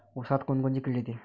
ऊसात कोनकोनची किड येते?